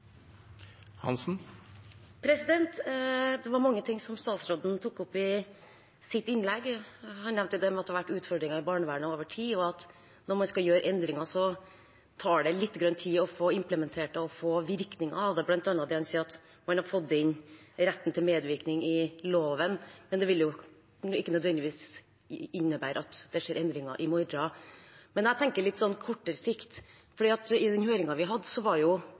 Det var mange ting statsråden tok opp i sitt innlegg. Han nevnte det med at det har vært utfordringer i barnevernet over tid, og at når man skal gjøre endringer, tar det litt tid å få implementert dem og få virkning av det. Blant annet sa han at man har fått inn retten til medvirkning i loven, men det vil ikke nødvendigvis innebære at det skjer endringer i morgen. Jeg tenker imidlertid på litt kortere sikt, for i den høringen vi hadde, var